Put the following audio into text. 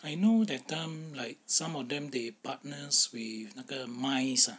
I know that time like some of them they partners with 那个 mimes ah